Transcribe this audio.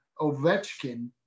Ovechkin